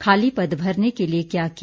खाली पद भरने के लिए क्या किया